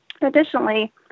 Additionally